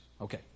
Okay